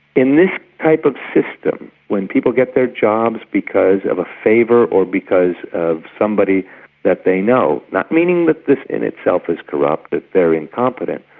in this type of system, when people get their jobs because of a favour or because of somebody that they know not meaning that this in itself is corrupt, that they're incompetent,